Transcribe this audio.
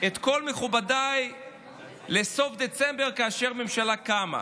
את כל מכובדיי לסוף דצמבר, כאשר הממשלה קמה.